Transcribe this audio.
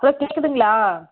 bro கேக்குதுங்களா